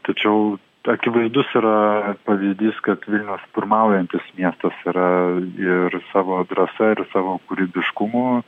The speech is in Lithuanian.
tačiau akivaizdus yra pavyzdys kad vilnius pirmaujantis miestas yra ir savo drąsa ir savo kūrybiškumu